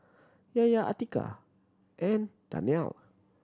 Yahya Atiqah and Daniel